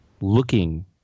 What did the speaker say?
looking